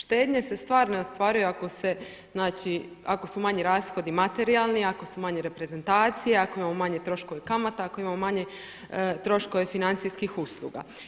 Štednje se stvarno ostvaruju ako se, znači ako su manji rashodi materijalni, ako su manje reprezentacije, ako imamo manje troškove kamata, ako imamo manje troškove financijskih usluga.